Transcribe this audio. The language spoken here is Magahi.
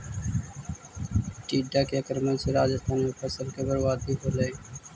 टिड्डा के आक्रमण से राजस्थान में फसल के बर्बादी होलइ